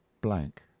blank